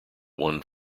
one